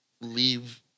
leave